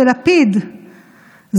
של לפיד,